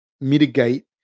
mitigate